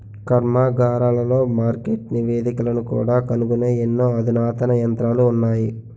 కర్మాగారాలలో మార్కెట్ నివేదికలను కూడా కనుగొనే ఎన్నో అధునాతన యంత్రాలు ఉన్నాయి